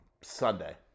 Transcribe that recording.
Sunday